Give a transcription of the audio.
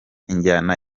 injyana